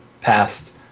past